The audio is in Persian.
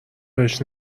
بهش